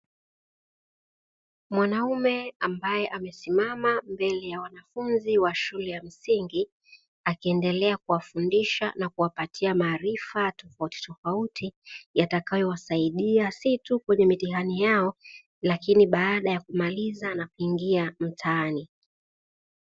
Mwanaume ambaye amesimama mbele ya wanafunzi wa shule ya msingi akiendelea kuwafundisha na kuwapatia maarifa tofautitofauti yatakayowasaidia si tu kwenye mitihani yao lakini baada ya kumaliza na kuingia mtaani.